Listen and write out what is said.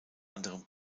anderem